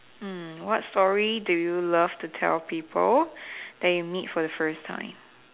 mm what story do you love to tell people that you meet for the first time